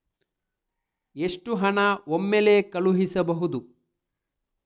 ಎಷ್ಟು ಹಣ ಒಮ್ಮೆಲೇ ಕಳುಹಿಸಬಹುದು?